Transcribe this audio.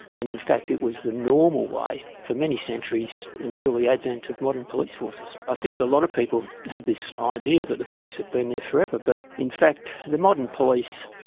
and in fact it was the normal way for many centuries until the advent of modern police forces. i think a lot of people have this idea that the police have been there forever, but in fact the modern police,